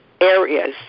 areas